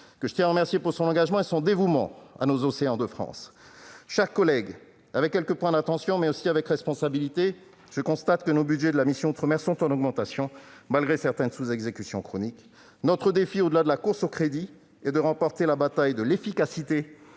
Je tiens à le remercier pour son engagement et son dévouement à nos océans de France. Chers collègues, avec quelques points d'attention, mais aussi avec responsabilité, je constate que nos budgets de la mission « Outre-mer » sont en augmentation, malgré certaines sous-exécutions chroniques. Notre défi, au-delà de la course aux crédits, est de remporter la bataille de l'efficacité